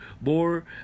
more